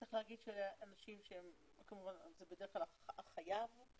צריך להגיד שבדרך כלל זה החייב אבל